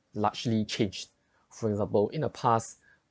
largely changed for example in the past